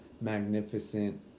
magnificent